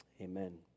amen